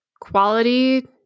quality